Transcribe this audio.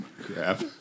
Crap